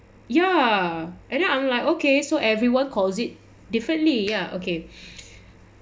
ya and then I'm like okay so everyone calls it differently ya okay